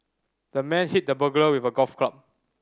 the man hit the burglar with a golf club